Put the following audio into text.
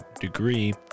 degree